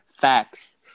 facts